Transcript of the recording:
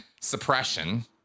suppression